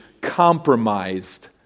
compromised